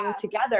together